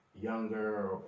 younger